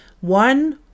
one